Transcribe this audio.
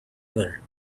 other